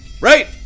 Right